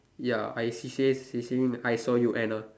ya I she says she seeing I saw you Anna